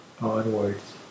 onwards